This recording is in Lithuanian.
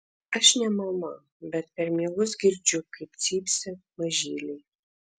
aš ne mama bet per miegus girdžiu kaip cypsi mažyliai